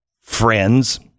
friends